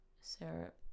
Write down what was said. Syrup